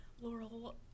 Laurel